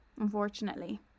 unfortunately